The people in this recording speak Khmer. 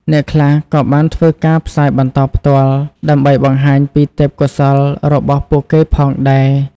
អ្នកខ្លះក៏បានធ្វើការផ្សាយបន្តផ្ទាល់ ដើម្បីបង្ហាញពីទេពកោសល្យរបស់ពួកគេផងដែរ។